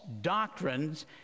doctrines